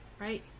Right